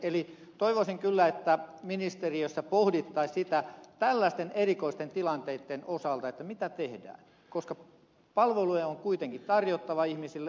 eli toivoisin kyllä että ministeriössä pohdittaisiin tällaisten erikoisten tilanteitten osalta mitä tehdään koska palveluja on kuitenkin tarjottava ihmisille